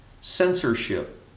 censorship